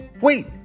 Wait